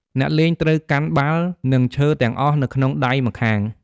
អ្នកលេងត្រូវកាន់បាល់ និងឈើទាំងអស់នៅក្នុងដៃម្ខាង។